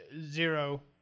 zero